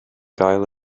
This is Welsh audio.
gael